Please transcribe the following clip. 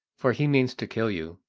for he means to kill you.